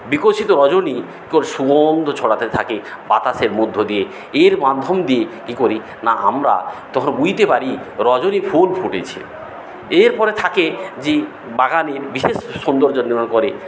বিকশিত রজনী তার সুগন্ধ ছড়াতে থাকে বাতাসের মধ্য দিয়ে এর মাধ্যম দিয়ে কি করি না আমরা তখন বুইতে পারি রজনী ফুল ফুটেছে এর পরে থাকে যে বাগানে বিশেষ সৌন্দর্য জন্য করে